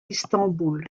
istanbul